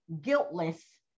guiltless